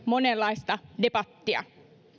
monenlaista debattia